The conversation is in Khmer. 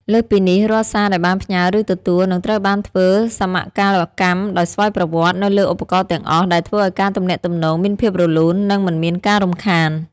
លើសពីនេះ រាល់សារដែលបានផ្ញើ ឬទទួល នឹងត្រូវបានធ្វើសមកាលកម្មដោយស្វ័យប្រវត្តិនៅលើឧបករណ៍ទាំងអស់ ដែលធ្វើឱ្យការទំនាក់ទំនងមានភាពរលូន និងមិនមានការរំខាន។